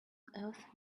earth